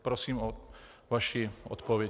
Prosím o vaši odpověď.